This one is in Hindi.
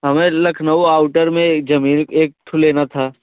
हमें लखनऊ आउटर में एक जमीन एक ठो लेना था